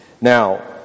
now